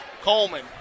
Coleman